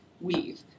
weave